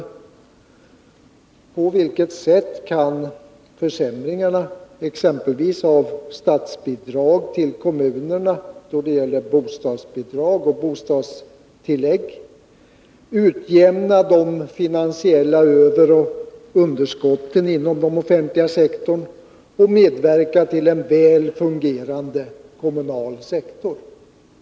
På vilket sätt kan försämringarna exempelvis i statsbidrag till kommunerna då det gäller bostadsbidrag och bostadstillägg utjämna de finansiella överoch underskotten inom den offentliga sektorn och medverka till en väl fungerande kommunal sektor?